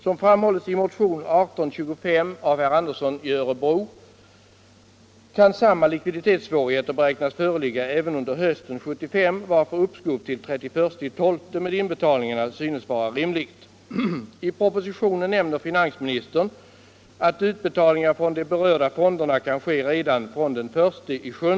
Som framhålles i motionen 1825 av herr Andersson i Örebro kan samma likviditetssvårigheter beräknas föreligga även under hösten 1975 varför uppskov till den 31 december med inbetalningarna synes vara rimligt. I propositionen nämner finansministern att utbetalningar från de berörda fonderna kan ske redan från den 1 juli.